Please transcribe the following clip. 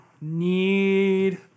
need